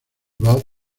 rod